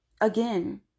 again